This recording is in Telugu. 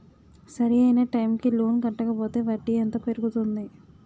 సరి అయినా టైం కి లోన్ కట్టకపోతే వడ్డీ ఎంత పెరుగుతుంది?